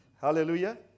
Hallelujah